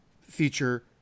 feature